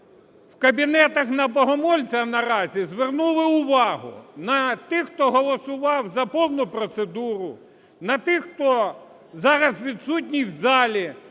в кабінетах на Богомольця наразі звернули увагу на тих, хто голосував за повну процедуру, на тих, хто зараз відсутній в залі,